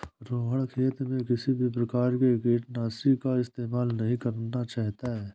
रोहण खेत में किसी भी प्रकार के कीटनाशी का इस्तेमाल नहीं करना चाहता है